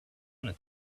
going